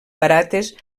barates